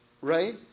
right